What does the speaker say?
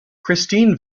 christine